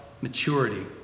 maturity